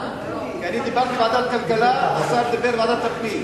כי אני דיברתי על ועדת הכלכלה והשר דיבר על ועדת הפנים.